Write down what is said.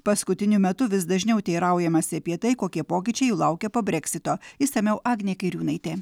paskutiniu metu vis dažniau teiraujamasi apie tai kokie pokyčiai laukia po breksito išsamiau agnė kairiūnaitė